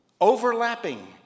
overlapping